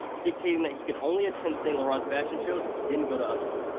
dictating that he could only attend saint laurent's fashion show if he didn't go to others.